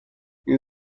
این